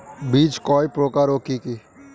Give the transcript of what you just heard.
বীজ কয় প্রকার ও কি কি?